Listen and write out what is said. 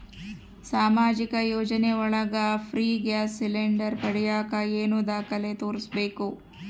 ಸಾಮಾಜಿಕ ಯೋಜನೆ ಒಳಗ ಫ್ರೇ ಗ್ಯಾಸ್ ಸಿಲಿಂಡರ್ ಪಡಿಯಾಕ ಏನು ದಾಖಲೆ ತೋರಿಸ್ಬೇಕು?